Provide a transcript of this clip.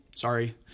Sorry